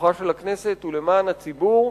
כוחה של הכנסת הוא למען הציבור,